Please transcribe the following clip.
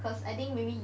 cause I think maybe